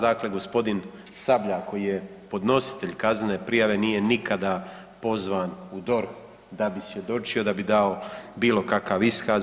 Dakle, gospodin Sabljak koji je podnositelj kaznene prijave nije nikada pozvan u DORH da bi svjedočio, da bi dao bilo kakav iskaz.